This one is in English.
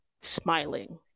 smiling